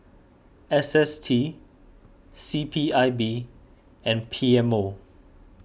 S S T C P I B and P M O